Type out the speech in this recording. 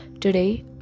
Today